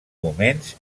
moments